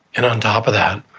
and on top of that